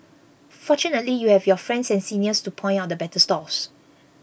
fortunately you have your friends and seniors to point out the better stalls